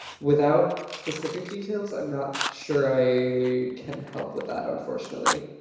without specific details. i'm not sure i i can help with that, unfortunately.